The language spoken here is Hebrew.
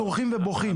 צורחים ובוכים,